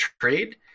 trade